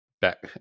back